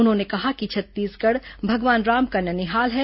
उन्होंने कहा कि ंछत्तीसगढ़ भगवान राम का नेनिहाल है